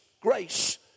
grace